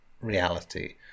reality